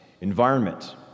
environment